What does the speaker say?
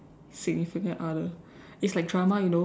significant other it's like drama you know